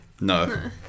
No